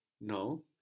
no